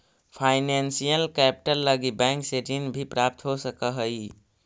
financial capital लगी bank से ऋण भी प्राप्त हो सकऽ हई